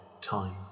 time